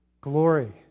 glory